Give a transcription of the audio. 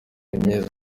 myiza